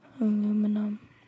aluminum